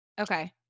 Okay